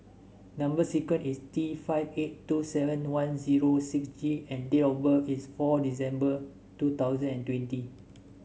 number sequence is T five eight two seven one zero six G and date of birth is fourth December two thousand and twenty